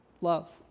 love